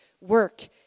work